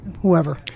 whoever